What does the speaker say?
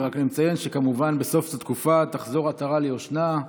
ורק אני מציין שכמובן בסוף התקופה תחזור עטרה ליושנה,